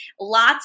lots